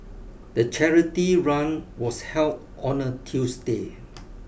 the charity run was held on a Tuesday